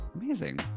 amazing